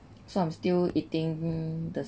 so I'm still eating the